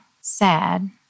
sad